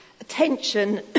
Attention